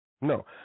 no